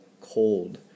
cold